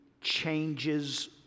changes